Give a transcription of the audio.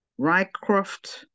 Rycroft